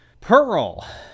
Pearl